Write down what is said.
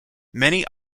many